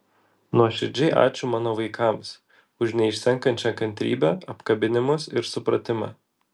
nuoširdžiai ačiū mano vaikams už neišsenkančią kantrybę apkabinimus ir supratimą